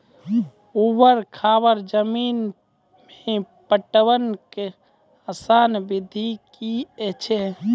ऊवर खाबड़ जमीन मे पटवनक आसान विधि की ऐछि?